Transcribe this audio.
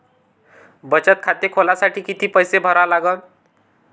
बचत खाते खोलासाठी किती पैसे भरा लागन?